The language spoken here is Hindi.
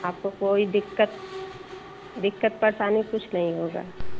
आपको कोई दिक़्क़त दिक़्क़त परेशानी कुछ नहीं होगी